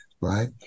right